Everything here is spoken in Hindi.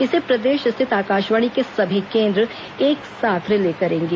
इसे प्रदेश स्थित आकाशवाणी के सभी केंद्र एक साथ रिले करेंगे